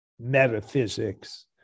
metaphysics